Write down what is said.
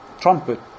trumpet